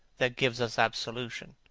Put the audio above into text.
that gives us absolution.